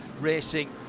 Racing